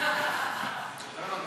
סיעת מרצ לסעיף 20 לא נתקבלה.